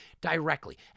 directly